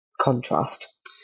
contrast